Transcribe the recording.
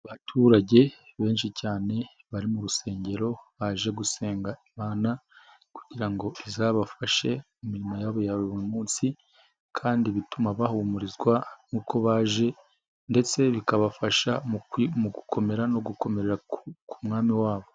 Abaturage benshi cyane bari mu rusengero baje gusenga Imana kugira ngo izabafashe mu mirimo yabo ya buri munsi, kandi bituma bahumurizwa nk'uko baje ndetse bikabafasha mu gukomera no gukomerera ku mwami wabo.